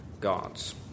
gods